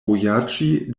vojaĝi